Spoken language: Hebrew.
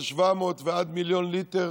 של 700 ועד מיליארד ליטר